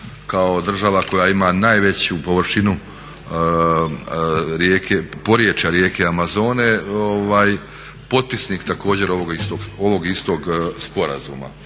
kao država koja ima najveću površinu rijeke, porječja rijeke Amazone potpisnik također ovog istog sporazuma.